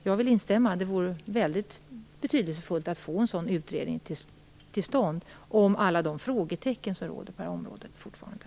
Jag vill instämma i att det vore mycket betydelsefullt att få en sådan utredning till stånd, om alla de frågetecken som fortfarande finns på det här området.